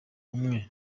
umwe